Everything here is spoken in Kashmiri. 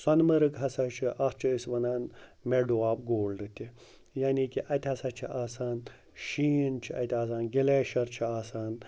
سۄنہٕ مَرگ ہَسا چھِ اَتھ چھِ أسۍ وَنان مٮ۪ڈو آف گولڈ تہِ یعنی کہِ اَتہِ ہَسا چھِ آسان شیٖن چھِ اَتہِ آسان گٕلیشَر چھِ آسان